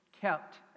kept